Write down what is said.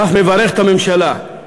ואף מברך את הממשלה,